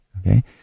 okay